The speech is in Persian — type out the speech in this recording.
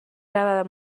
رود